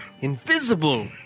invisible